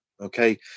Okay